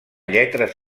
lletres